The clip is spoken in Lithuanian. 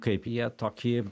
kaip jie toki